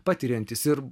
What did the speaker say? patiriantys ir